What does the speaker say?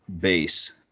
base